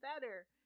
better